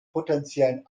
potenziellen